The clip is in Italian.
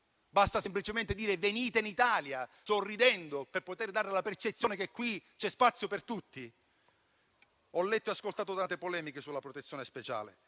Basta semplicemente dire di venire in Italia sorridendo, per poter dare la percezione che qui c'è spazio per tutti? Ho letto e ascoltato tante polemiche sulla protezione speciale.